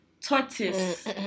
tortoise